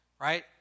right